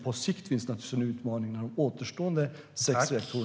På sikt finns naturligtvis en utmaning, när de återstående sex reaktorerna åldras.